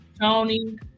Tony